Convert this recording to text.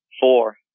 four